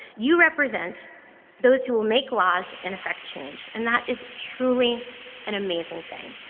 you represent those who will make laws and effect change. and that is truly an amazing thing.